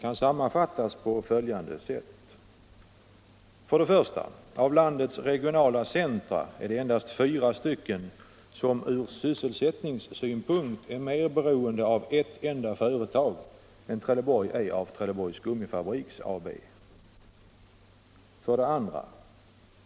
Av landets regionala centra är endast fyra ur sysselsättningssynpunkt mer beroende av ett enda företag än Trelleborg är av Trelleborgs Gummifabriks AB. 2.